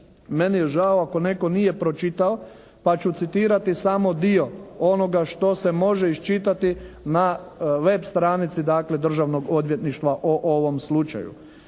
Meni je žao ako netko nije pročitao pa ću citirati samo dio onoga što se može iščitati na web stranici dakle Državnog odvjetništva o ovom slučaju.